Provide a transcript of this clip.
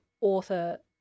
author